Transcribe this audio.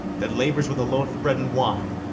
that labours with a load of bread and wine,